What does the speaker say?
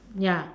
ya